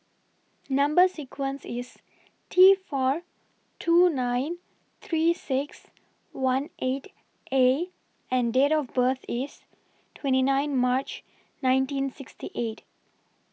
Number sequence IS T four two nine three six one eight A and Date of birth IS twenty nine March nineteen sixty eight